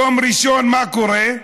ביום הראשון, מה קורה?